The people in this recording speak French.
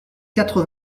quatre